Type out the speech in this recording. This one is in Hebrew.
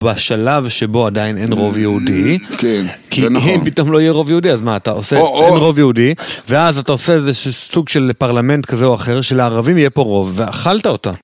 בשלב שבו עדיין אין רוב יהודי, כן, זה נכון. כי אם פתאום לא יהיה רוב יהודי, אז מה אתה עושה? אין רוב יהודי, ואז אתה עושה איזה סוג של פרלמנט כזה או אחר, שלערבים יהיה פה רוב, ואכלת אותה.